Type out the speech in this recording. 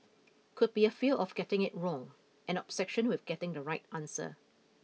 could be a fear of getting it wrong an obsession with getting the right answer